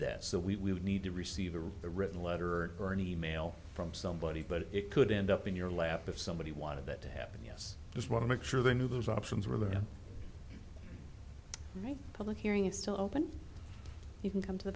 that we need to receive a written letter or an e mail from somebody but it could end up in your lap if somebody wanted it to happen yes just want to make sure they knew those options were public hearing still open you can come to the